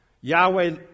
Yahweh